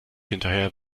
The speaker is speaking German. hinterher